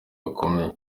gakomeye